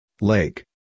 lake